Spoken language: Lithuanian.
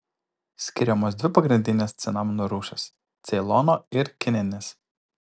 skiriamos dvi pagrindinės cinamono rūšys ceilono ir kininis